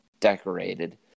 Decorated